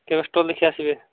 କେବେ ଷ୍ଟଲ୍ ଦେଖିଆସିବେ